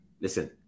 Listen